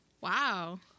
Wow